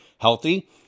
healthy